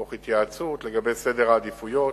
תוך התייעצות לגבי סדר העדיפויות.